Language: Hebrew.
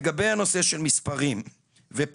לגבי הנושא של מספרים ופילוח,